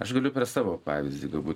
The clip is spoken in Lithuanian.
aš galiu per savo pavyzdį galbūt